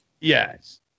Yes